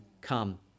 come